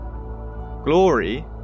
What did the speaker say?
glory